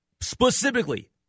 specifically